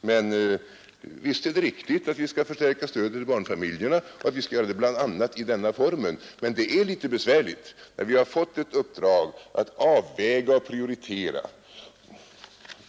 Men visst är det riktigt att vi skall förstärka stödet till barnfamiljerna och att vi skall göra det bl.a. i denna form. Det är emellertid litet besvärligt, när vi har fått ett uppdrag att avväga och prioritera.